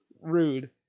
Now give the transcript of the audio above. rude